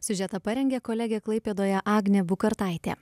siužetą parengė kolegė klaipėdoje agnė bukartaitė